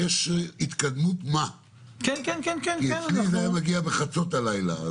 התקדמות מה, כי אצלי זה היה מגיע בחצות הלילה.